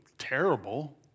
terrible